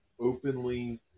openly